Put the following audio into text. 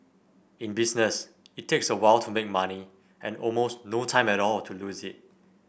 in business it takes a while to make money and almost no time at all to lose it